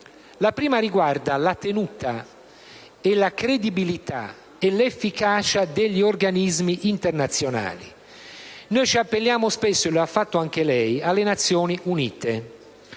La prima riguarda la tenuta, la credibilità e l'efficacia degli organismi internazionali. Noi ci appelliamo spesso (e lo ha fatto anche lei) alle Nazioni Unite.